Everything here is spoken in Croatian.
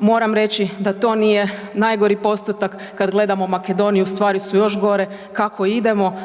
moram reći da to nije najgori postotak kad gledamo Makedoniju, stvari su još gore, kako idemo,